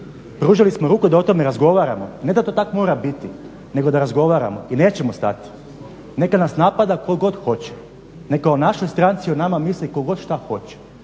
Pružili smo ruku da o tome razgovaramo, ne da to tako mora biti, nego da razgovaramo i nećemo stati. Neka nas napada tko god hoće, neka o našoj stranci, o nama misli tko god što hoće.